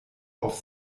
auf